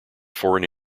foreign